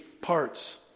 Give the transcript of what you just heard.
parts